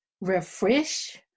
Refresh